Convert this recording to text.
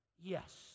Yes